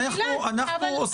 אנחנו עושים דיונים.